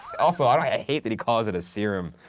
also, i hate that he calls it a serum.